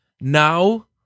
now